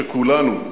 שכולנו,